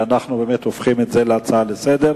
ואנחנו באמת הופכים את זה להצעה לסדר-היום.